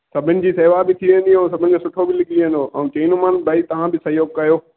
सभिनि जी सेवा बि थी वेंदी ऐं सभिनि खे सुठो बि मिली वेंदो चईंदोमानु भई तव्हां बि सहियोगु कयो